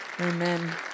Amen